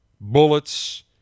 bullets